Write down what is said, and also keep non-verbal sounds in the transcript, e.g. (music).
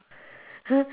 (laughs)